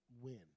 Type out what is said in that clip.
win